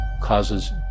causes